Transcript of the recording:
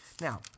Now